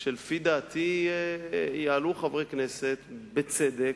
שלפי דעתי יעלו חברי הכנסת, בצדק,